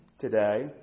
today